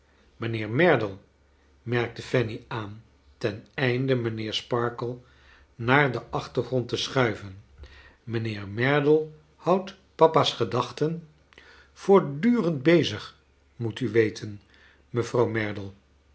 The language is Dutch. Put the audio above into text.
mijnheer merdle merkte fanny aan ten einde mijnheer sparkler naar den achtergrond te schuiven mijnheer merdle houdt papa's gedachten klelne dorrit voortdurend bezig moet u weten mevrouw merdle